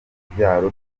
urubyaro